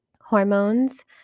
hormones